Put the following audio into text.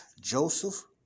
Joseph